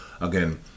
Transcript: again